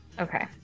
Okay